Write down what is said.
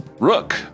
Rook